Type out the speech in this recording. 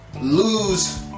lose